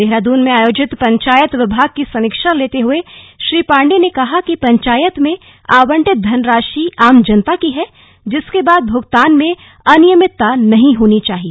देहरादून में आयोजित पंचायत विभाग की समीक्षा लेते हुए श्री पाण्डेय ने कहा कि पंचायत में आवंटित धनराशि आम जनता की है जिसके भूगतान में अनियमितता नहीं होनी चाहिए